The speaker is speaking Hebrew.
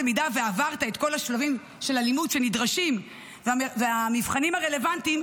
אם עברת את כל השלבים של הלימוד שנדרשים ואת המבחנים הרלוונטיים,